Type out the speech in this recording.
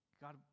God